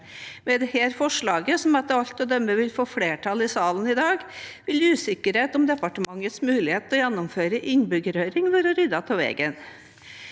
Med dette forslaget, som etter alt å dømme vil få flertall i salen i dag, vil usikkerheten om departementets mulighet til å gjennomføre innbyggerhøring være ryddet av veien.